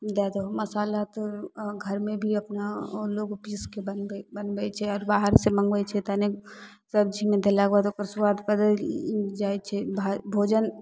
दै दहो मसाला तऽ घरमे भी अपना लोक पीसिके बनबै बनबै छै आओर बाहरसे मँगबै छै तनि सबजीमे देलाके बाद ओकर सुआद बदलि जाइ छै भाइ भोजन